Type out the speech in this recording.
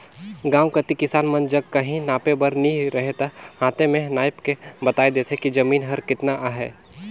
गाँव कती किसान मन जग काहीं नापे बर नी रहें ता हांथे में नाएप के बताए देथे कि जमीन हर केतना अहे